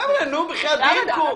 חבר'ה, בחייאת דינכום.